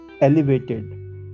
elevated